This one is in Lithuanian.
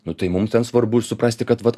nu tai mums ten svarbu suprasti kad vat